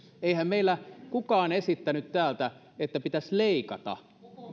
eihän meillä kukaan esittänyt täältä että pitäisi leikata